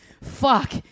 fuck